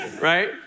Right